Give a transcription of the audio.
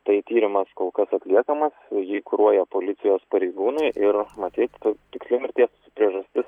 tai tyrimas kol kas atliekamas jį kuruoja policijos pareigūnai ir matyt tiksli mirties priežastis